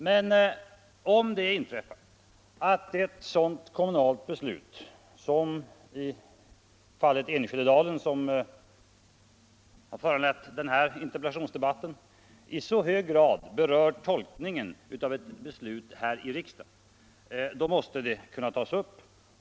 Men om det inträffar att ett kommunalt beslut i så hög grad berör tolkningen av ett beslut i riksdagen som i fallet Enskededalen, måste det kunna tas upp.